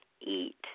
eat